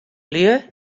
lju